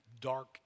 dark